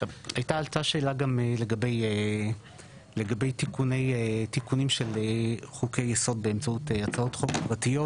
עלתה שאלה גם לגבי תיקונים של חוקי יסוד באמצעות הצעות חוק פרטיות.